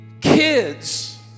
Kids